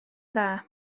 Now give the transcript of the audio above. dda